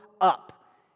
up